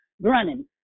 running